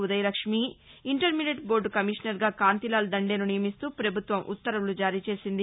Udayalakshmi intermediate board కమీషనర్గా కాంతీలాల్ దందేను నియమిస్తూ పభుత్వం ఉత్తర్వులు జారీచేసింది